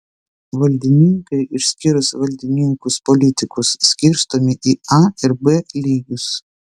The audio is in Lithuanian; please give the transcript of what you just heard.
valdininkai išskyrus valdininkus politikus skirstomi į a ir b lygius